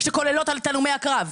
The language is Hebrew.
שכוללות את הלומי הקרב.